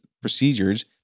procedures